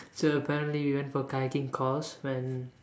so apparently we went for kayaking course when